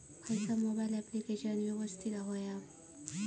खयचा mobile application यवस्तित होया?